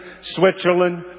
Switzerland